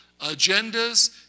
agendas